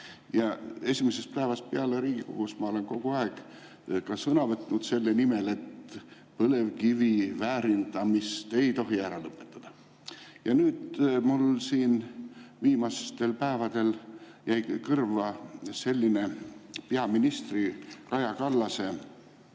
Esimesest päevast peale Riigikogus ma olen kogu aeg ka sõna võtnud selle nimel, et põlevkivi väärindamist ei tohi ära lõpetada. Nüüd on mul viimastel päevadel jäänud kõrva peaminister Kaja Kallase